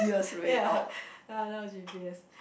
ya ya now G_P_S